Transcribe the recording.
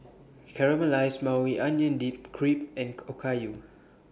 Caramelized Maui Onion Dip Crepe and Okayu